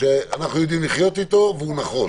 שאנחנו יודעים לחיות אתו והוא נכון.